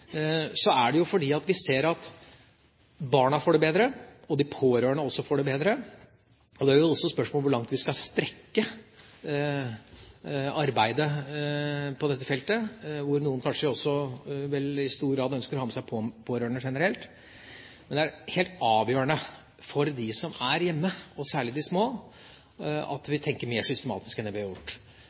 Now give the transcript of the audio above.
så er det fordi vi ser at barna får det bedre, og at de pårørende også får det bedre. Det er også spørsmål om hvor langt vi skal strekke arbeidet på dette feltet, hvor noen kanskje i stor grad ønsker å ha med seg pårørende generelt. Men det er helt avgjørende for dem som er hjemme, og særlig for de små, at vi tenker mer systematisk enn vi har gjort.